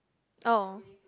oh